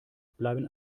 bleiben